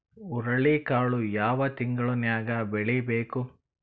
ಹುರುಳಿಕಾಳು ಯಾವ ತಿಂಗಳು ನ್ಯಾಗ್ ಬೆಳಿಬೇಕು?